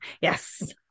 Yes